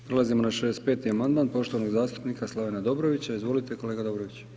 Prelazimo na 65. amandman poštovanog zastupnika Slavena Dobrovića, izvolite kolega Dobrović.